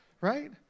right